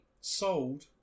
sold